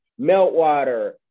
Meltwater